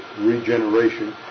regeneration